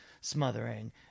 smothering